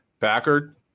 Packard